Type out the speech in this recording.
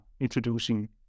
introducing